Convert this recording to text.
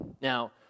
Now